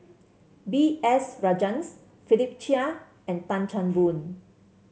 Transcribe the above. B S Rajhans Philip Chia and Tan Chan Boon